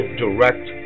direct